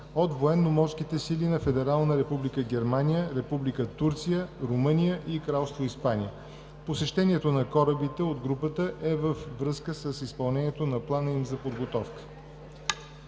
от Военноморските сили на Федерална република Германия, Република Турция, Румъния и Кралство Испания. Посещението на корабите от групата е във връзка с изпълнението на плана им за подготовка.